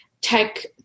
tech